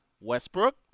Westbrook